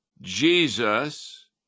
Jesus